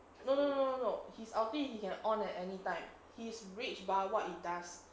no no no no no he's ulti he can on at anytime his rage bar what it does